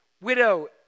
widow